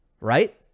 right